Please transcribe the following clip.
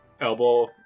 elbow